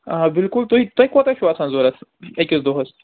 آ بلکُل تۄہہِ تۄہہِ کوٗتاہ چھُو آسان ضوٚرَتھ أکِس دۄہس